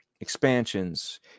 expansions